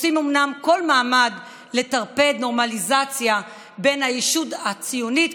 עושים אומנם כל מאמץ לטרפד נורמליזציה בין "הישות הציונית",